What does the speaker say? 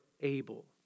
able